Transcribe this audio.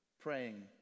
praying